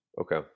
Okay